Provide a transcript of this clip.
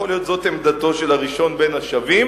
יכול להיות שזאת עמדתו של הראשון בין השווים,